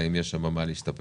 והאם יש שם במה להשתפר.